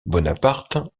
bonaparte